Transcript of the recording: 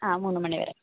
ആ മൂന്ന് മണി വരെ